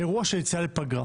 אירוע של יציאה לפגרה.